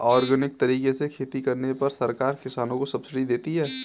क्या ऑर्गेनिक तरीके से खेती करने पर सरकार किसानों को सब्सिडी देती है?